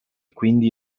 quindi